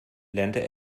lernte